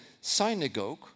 synagogue